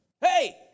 Hey